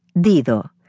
Dido